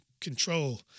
control